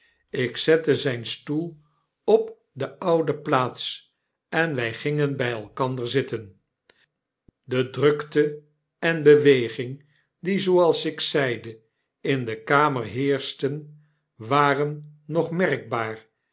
ik zette zfln stoel op de oude plaats en wj gingen b elkander zitten de drukte en beweging die zooals ik zeide in de kamer heerschten waren nog merkbaar